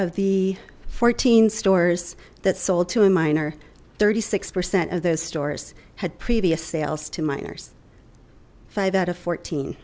of the fourteen stores that sold to a minor thirty six percent of those stores had previous sales to minors five out of fourteen